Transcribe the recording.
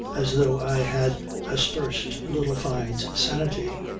as though i had aspersed little fyne's sanity.